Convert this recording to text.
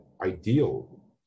ideal